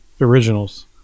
originals